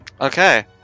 Okay